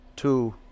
Two